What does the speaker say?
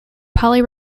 polly